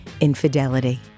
Infidelity